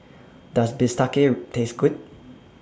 Does Bistake Taste Good